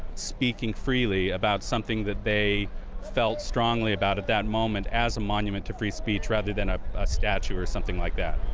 speaking freely, about something that they felt strongly about at that moment as a monument to free speech rather than a statue or something like that